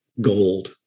gold